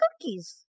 cookies